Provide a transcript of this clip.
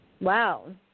Wow